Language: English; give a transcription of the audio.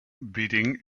beating